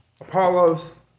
Apollos